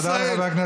תודה רבה.